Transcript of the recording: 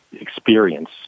experience